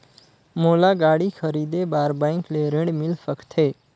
मोला गाड़ी खरीदे बार बैंक ले ऋण मिल सकथे?